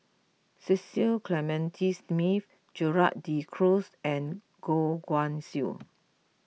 Cecil Clementi Smith Gerald De Cruz and Goh Guan Siew